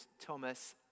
Thomas